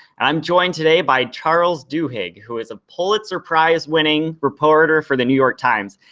i'm joined today by charles duhigg who is a pulitzer prize winning reporter for the new york times.